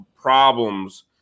problems